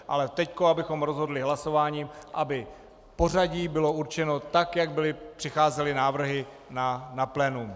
Ale teď abychom rozhodli hlasováním, aby pořadí bylo určeno tak, jak přicházely návrhy na plénu.